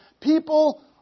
people